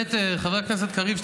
חבר הכנסת קריב,